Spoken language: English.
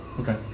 Okay